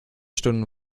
stunden